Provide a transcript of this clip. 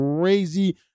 crazy